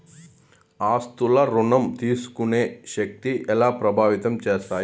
ఆస్తుల ఋణం తీసుకునే శక్తి ఎలా ప్రభావితం చేస్తాయి?